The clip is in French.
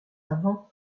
avant